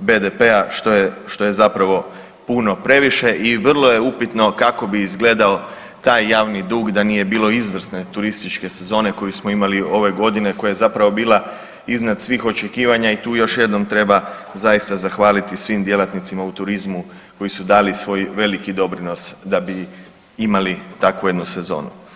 BDP-a, što je, što je zapravo puno previše i vrlo je upitno kako bi izgledao taj javni dug da nije bilo izvrsne turističke sezone koju smo imali ove godine, koja je zapravo bila iznad svih očekivanja i tu još jednom treba zaista zahvaliti svim djelatnicima u turizmu koji su dali svoj veliki doprinos da bi imali takvu jednu sezonu.